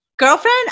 girlfriend